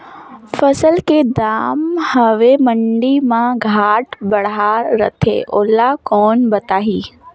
फसल के दम हवे मंडी मा घाट बढ़ा रथे ओला कोन बताही?